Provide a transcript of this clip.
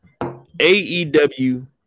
AEW